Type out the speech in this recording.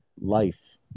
life